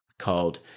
called